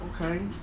Okay